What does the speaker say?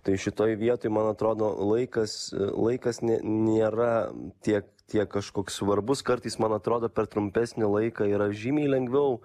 tai šitoj vietoj man atrodo laikas laikas ne nėra tiek tiek kažkoks svarbus kartais man atrodo per trumpesnį laiką yra žymiai lengviau